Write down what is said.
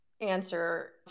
answer